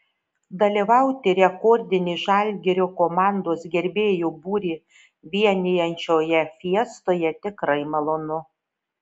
dalyvauti rekordinį žalgirio komandos gerbėjų būrį vienijančioje fiestoje tikrai malonu